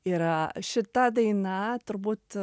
ir šita daina turbūt